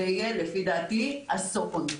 זה יהיה לדעתי אסון.